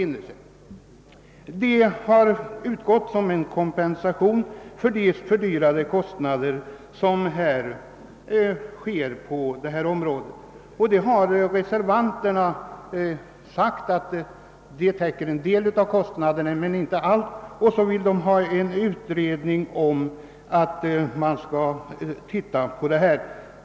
Tillägget utgör en kompensation för de fördyrade produktionskostnaderna bl.a. till följd av de långa transporterna. Reservanterna har uttalat att tilllägget täcker endast en del av kostnaderna, och de vill ha till stånd en utredning av frågan.